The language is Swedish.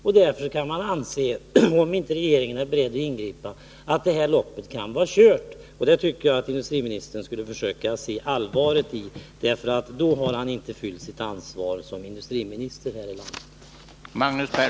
Om regeringen inte är beredd att ingripa kan det ju därför anses att loppet kan vara kört. Och jag tycker att industriministern skulle försöka se allvaret i det — för om det är så, då har han inte tagit sitt ansvar som industriminister här i landet.